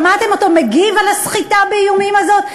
שמעתם אותו מגיב על הסחיטה-באיומים הזאת,